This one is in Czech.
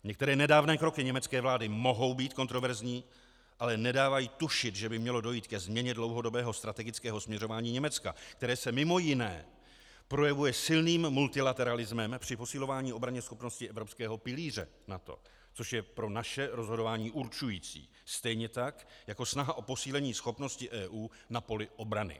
Některé nedávné kroky německé vlády mohou být kontroverzní, ale nedávají tušit, že by mělo dojít ke změně dlouhodobého strategického směřování Německa, které se mimo jiné projevuje silným multilateralismem při posilování obranyschopnosti evropského pilíře NATO, což je pro naše rozhodování určující, stejně tak jako snaha o posílení schopnosti EU na poli obrany.